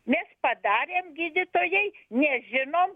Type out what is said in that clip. mes padarėm gydytojai nežinom